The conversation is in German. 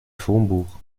telefonbuch